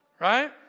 right